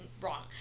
wrong